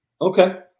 okay